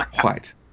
White